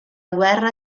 guerra